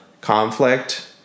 conflict